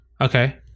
Okay